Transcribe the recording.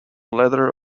leather